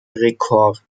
rekord